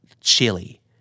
chili